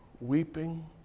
weeping